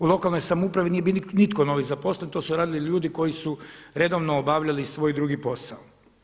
U lokalnoj samoupravi nije bio nitko novi zaposlen, to su radili ljudi koji su redovno obavljali svoj drugi posao.